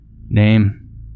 Name